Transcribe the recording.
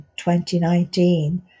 2019